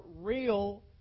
real